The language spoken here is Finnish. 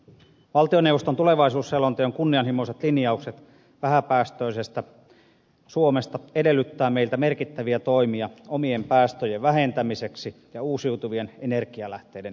valtioneuvoston tulevaisuusselonteon kunnianhimoiset linjaukset vähäpäästöisestä suomesta edellyttävät meiltä merkittäviä toimia omien päästöjen vähentämiseksi ja uusiutuvien energialähteiden hyödyntämiseksi